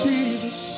Jesus